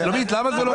שלומית, למה זה לא טוב?